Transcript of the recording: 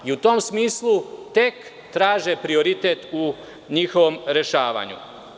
U tom smislu tek traže prioritet u njihovom rešavanju.